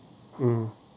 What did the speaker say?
mm